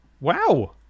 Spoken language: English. Wow